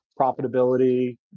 profitability